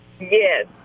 yes